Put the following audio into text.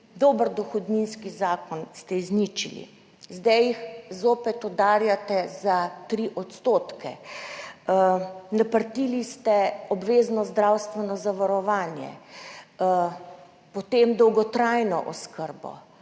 Dober dohodninski zakon ste izničili, zdaj jih zopet udarjate za 3 %, naprtili ste obvezno zdravstveno zavarovanje, potem dolgotrajno oskrbo,